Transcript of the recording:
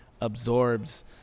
absorbs